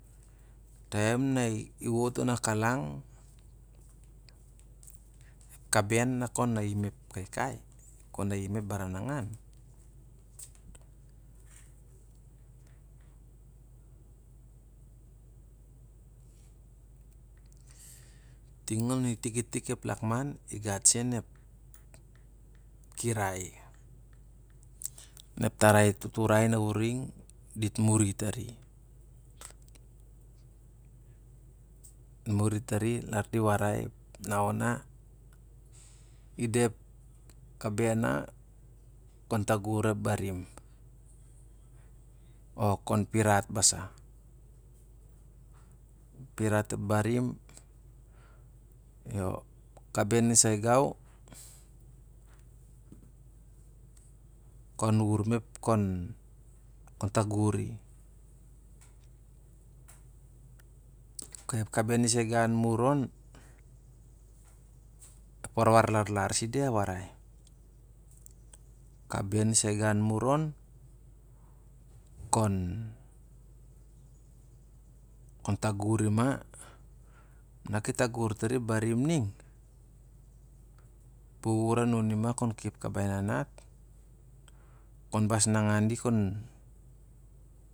Taim na i vut on a kalang, ep kaben na kon aim ep kaikai, kon aim ma ep barancengan. Ting on itik itik ep lakman i gat sen ep kirai na ep tarai tuturai na aring dit muri tari. Mur i tari. Di warai na ona, ida ep kabena kon tangur ep barim o kon pirat basa. Pirat ep barim, yo kabennisai gau kon wur ma ep, kon fanguri. Okay, em kaben nisai an wur on, ep warwar lar lar saide a warai. Kaben nisai an mur on kon, kon fangur i ma. Na ki tangur tari ep barim ning, wuwur anuni nangan di kon.